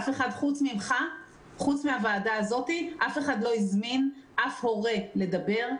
חוץ מהוועדה הזאת אף אחד לא הזמין אף הורה לדבר.